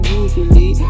usually